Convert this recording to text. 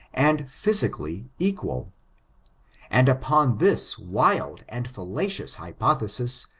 and physi cally, equal and upon this wild and fallacious hypothesis,